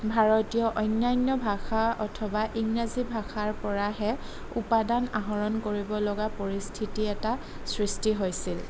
ভাৰতীয় অন্যান্য ভাষা অথবা ইংৰাজী ভাষাৰ পৰাহে উপাদান আহৰণ কৰিবলগীয়া পৰিস্থিতি এটা সৃষ্টি হৈছিল